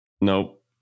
Nope